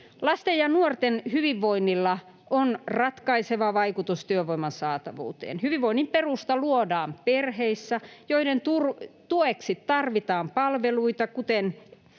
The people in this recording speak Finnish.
Lasten ja nuorten hyvinvoinnilla on ratkaiseva vaikutus työvoiman saatavuuteen. Hyvinvoinnin perusta luodaan perheissä, joiden tueksi tarvitaan palveluita, kuten